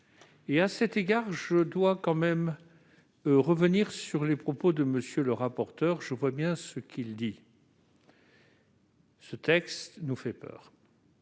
À cet égard, je dois quand même revenir sur les propos de M. le rapporteur. Je vois bien ce qu'il dit :« Ce texte nous fait peur,